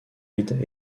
hyde